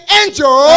angel